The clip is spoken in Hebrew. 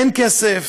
אין כסף,